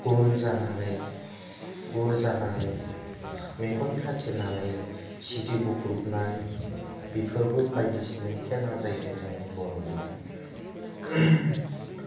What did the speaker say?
गुल जानानै गुल जानानै मेगन खाथेनानै जिदु बुख्रुबनाय बिफोरबो बायदिसिना खेला जायो जोंनि बर'निया